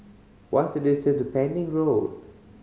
what's the distance to Pending Road